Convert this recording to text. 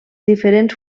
diferents